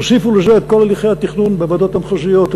תוסיפו לזה את כל הליכי התכנון בוועדות המחוזיות,